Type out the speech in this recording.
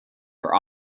for